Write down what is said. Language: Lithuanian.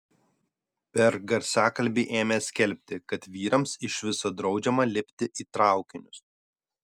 per garsiakalbį ėmė skelbti kad vyrams iš viso draudžiama lipti į traukinius